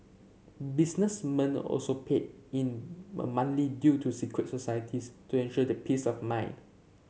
businessmen also paid in due to secret societies to ensure their peace of mind